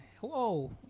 whoa